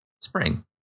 spring